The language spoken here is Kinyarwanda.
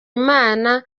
imana